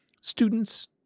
students